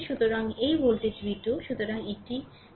সুতরাং এই voltage v2 সুতরাং এটি এই হয়